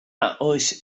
oes